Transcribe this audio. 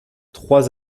trois